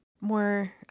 more